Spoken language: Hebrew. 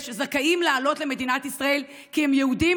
זכאים לעלות למדינת ישראל כי הם יהודים,